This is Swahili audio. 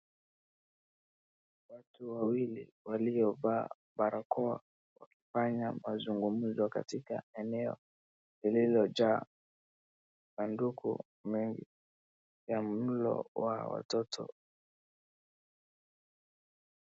Watu wawili waliovaa barakoa wakifanya mazungumzo katika eneo lililojaa sanduku mengi ya mlo wa watoto.